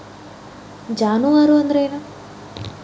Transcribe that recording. ಜಾನುವಾರು ಅಂದ್ರೇನು?